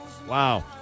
Wow